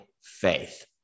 faith